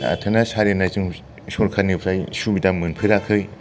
आथोना सारेना जों सरकारनिफ्राय सुबिदा मोनफेराखै